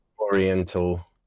oriental